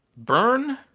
burn.